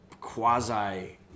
quasi